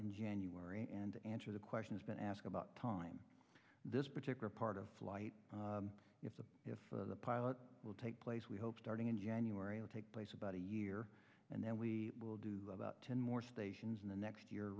in january and answer the question has been asked about time this particular part of flight if for the pilot will take place we hope starting in january will take place about a year and then we will do about ten more stations in the next year